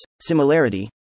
similarity